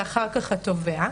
ואחריו התובע.